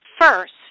first